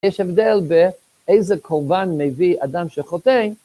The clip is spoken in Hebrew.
יש הבדל באיזה קורבן מביא אדם שחוטא,